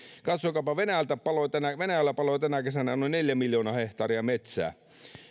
katsokaapa venäjällä paloi tänä kesänä noin neljä miljoonaa hehtaaria metsää